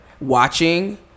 watching